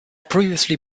previously